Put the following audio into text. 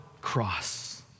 cross